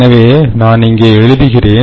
எனவே நான் இங்கே எழுதுகிறேன்